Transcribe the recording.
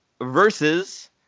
versus